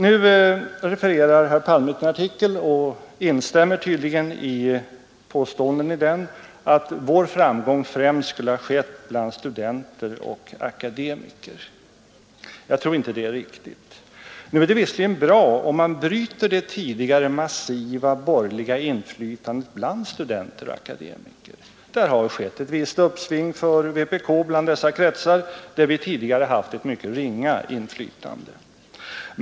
Nu refererar herr Palme till denna artikel och instämmer tydligen i påståendet i den att vår framgång främst skulle ha skett bland studenter och akademiker. Jag tror inte det är riktigt. Nu är det visserligen bra om man bryter det tidigare massiva borgerliga inflytandet bland studenter och akademiker. Det har skett ett visst uppsving för vpk i dessa kretsar, där vi tidigare haft ett mycket ringa inflytande.